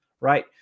right